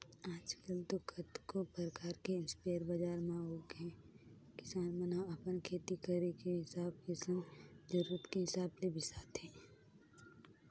आजकल तो कतको परकार के इस्पेयर बजार म आगेहे किसान मन ह अपन खेती करे के हिसाब के संग जरुरत के हिसाब ले बिसाथे